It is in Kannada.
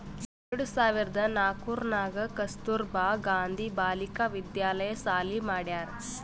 ಎರಡು ಸಾವಿರ್ದ ನಾಕೂರ್ನಾಗ್ ಕಸ್ತೂರ್ಬಾ ಗಾಂಧಿ ಬಾಲಿಕಾ ವಿದ್ಯಾಲಯ ಸಾಲಿ ಮಾಡ್ಯಾರ್